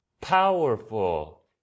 Powerful